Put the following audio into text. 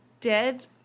dead